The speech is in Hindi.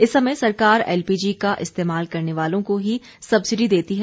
इस समय सरकार एलपीजी का इस्तेमाल करने वालों को ही सब्सिडी देती है